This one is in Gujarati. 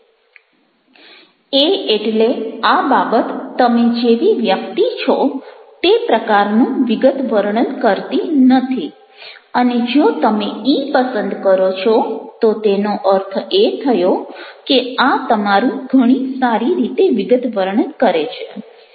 A એટલે આ બાબત તમે જેવી વ્યક્તિ છો તે પ્રકારનું વિગતવર્ણન કરતી નથી અને જો તમે E પસંદ કરો છો તો તેનો અર્થ એ થયો કે આ તમારું ઘણી સારી રીતે વિગતવર્ણન કરે છે